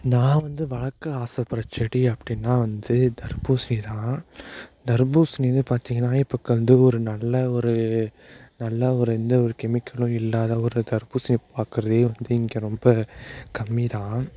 நான் வந்து வளர்க்க ஆசைப்படுற செடி அப்படின்னா வந்து தர்பூசணிதான் தர்பூசணின்னு பார்த்திங்கன்னா இப்போ வந்து ஒரு நல்ல ஒரு நல்ல ஒரு எந்த ஒரு கெமிக்கலும் இல்லாத ஒரு தர்பூசணி பாக்கிறதே வந்து இங்கே ரொம்ப கம்மிதான்